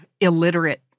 illiterate